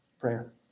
prayer